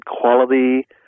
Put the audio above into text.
quality